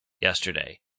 yesterday